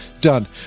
done